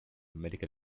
medical